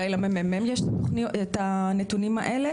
עוד פעם, אולי ל-ממ"מ יש את הנתונים האלה.